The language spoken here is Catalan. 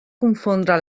confondre